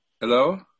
Hello